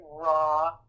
raw